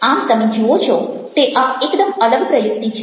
આમ તમે જુઓ છો તે આ એકદમ અલગ પ્રયુક્તિ છે